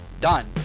Done